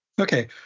Okay